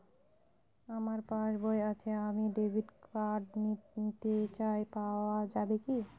আমার পাসবই আছে আমি ডেবিট কার্ড নিতে চাই পাওয়া যাবে কি?